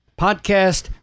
podcast